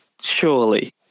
surely